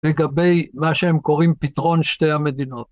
לגבי מה שהם קוראים פתרון שתי המדינות.